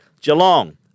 Geelong